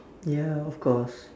ya of course